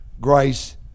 grace